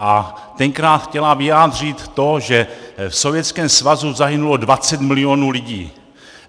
A tenkrát chtěla vyjádřit to, že v Sovětském svazu zahynulo 20 milionů lidí,